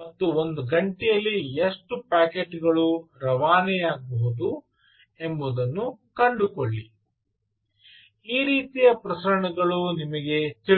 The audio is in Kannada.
ಮತ್ತು ಒಂದು ಗಂಟೆಯಲ್ಲಿ ಎಷ್ಟು ಪ್ಯಾಕೆಟ್ ಗಳು ರವಾನೆಯಾಗಬಹುದು ಎಂಬುದನ್ನು ಕಂಡುಕೊಳ್ಳಿ ಈ ರೀತಿಯ ಪ್ರಸರಣಗಳು ನಿಮಗೆ ತಿಳಿದಿವೆ